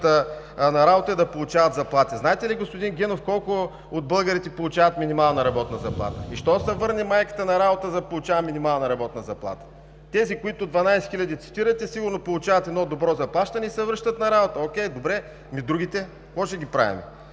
на работа и да получават заплати. Знаете ли, господин Генов, колко от българите получават минимална работна заплата? Защо да се върне майката на работа, за да получава минимална работна заплата?! Тези 12 хиляди, цитирате – сигурно получават едно добро заплащане и се връщат на работа. Окей, добре! А другите какво ще ги правим?